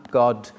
god